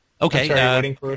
okay